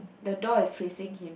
the dog is facing him